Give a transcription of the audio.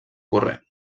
corrent